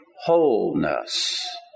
wholeness